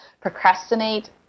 procrastinate